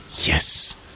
Yes